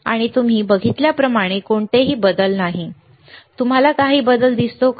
आणि तुम्ही बघितल्याप्रमाणे कोणताही बदल नाही तुम्हाला काही बदल दिसतो का